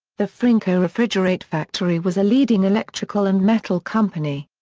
the frinko refrigerate factory was a leading electrical and metal company.